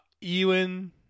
Ewan